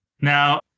Now